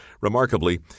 Remarkably